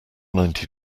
ninety